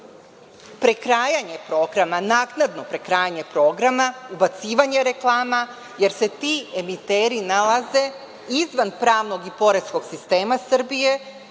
prekrajanje programa, naknadno prekrajanje programa, ubacivanje reklama, jer se ti emiteri nalaze izvan pravnog i poreskog sistema Srbije,